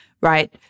right